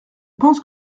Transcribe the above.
pense